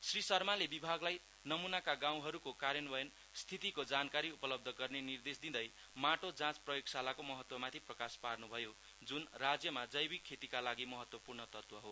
श्री शर्माले विभागलाई नमूनाका गाउँहरूको कार्यान्वयन स्थितिको जानकारी उपलब्ध गर्ने निर्देश दिँदै माटो जाँच प्रयोगशालाको महत्वमाथि प्रकाश पार्न्भयो जुन राज्यमा जैविक खेतीका लागि महत्वपूर्ण तत्व हो